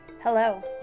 Hello